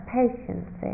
patience